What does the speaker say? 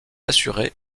assurer